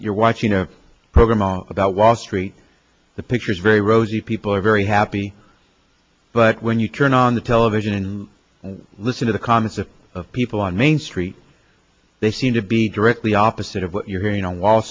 you're watching a program about wall street the picture is very rosy people are very happy but when you turn on the television and listen to the comments of people on main street they seem to be directly opposite of what you're hearing on wall